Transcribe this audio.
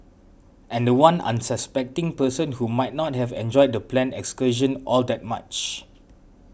and the one unsuspecting person who might not have enjoyed the planned excursion all that much